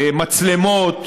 מצלמות,